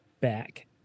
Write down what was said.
back